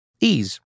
Ease